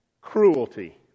cruelty